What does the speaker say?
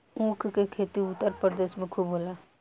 ऊख के खेती उत्तर प्रदेश में खूब होला